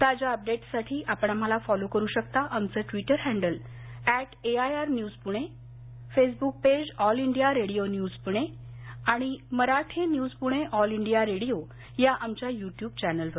ताज्या अपडेटससाठी आपण आम्हाला फॉलो करु शकता आमचं Twitter handle at AIR news Pune Facebook page All India Radio news Pune आणि Marathi news Pune All India Radio या आमच्या यट्यब चॅनेलवर